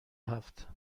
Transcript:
هفت